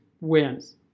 wins